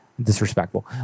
disrespectful